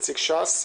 נציג ש"ס,